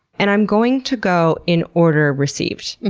and i'm going to go in order received.